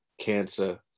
cancer